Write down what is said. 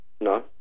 no